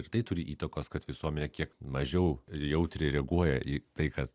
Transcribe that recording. ir tai turi įtakos kad visuomenė kiek mažiau ir jautriai reaguoja į tai kad